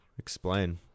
Explain